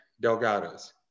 Delgado's